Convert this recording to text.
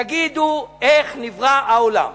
תגידו, איך נברא העולם?